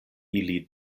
ili